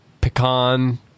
pecan